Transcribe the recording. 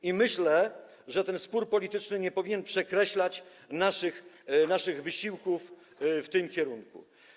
I myślę, że ten spór polityczny nie powinien przekreślać naszych wysiłków w tym kierunku.